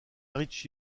ricci